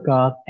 God